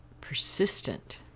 persistent